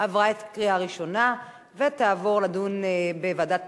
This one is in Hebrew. עברה את הקריאה הראשונה ותעבור לדיון בוועדת